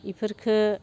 बेफोरखौ